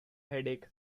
headache